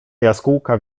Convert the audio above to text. jaskółka